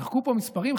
זרקו פה מספרים,